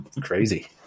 Crazy